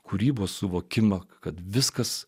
kūrybos suvokimą kad viskas